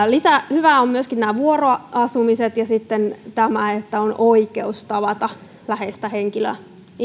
hyvää ovat myöskin nämä vuoroasumiset ja sitten tämä että on oikeus tavata läheistä henkilöä